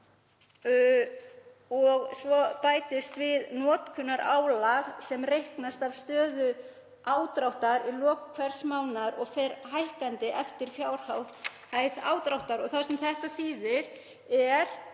og svo bætist við notkunarálag sem reiknast af stöðu ádráttar í lok hvers mánaðar og fer hækkandi eftir fjárhæð ádráttar. Þetta þýðir að